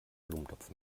blumentopf